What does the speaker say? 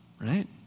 right